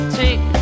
take